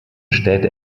städte